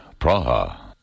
Praha